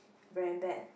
very bad